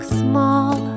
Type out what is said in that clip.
small